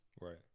Right